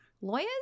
Lawyers